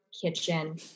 kitchen